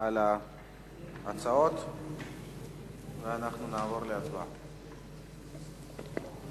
על ההצעות ואנחנו נעבור להצבעה.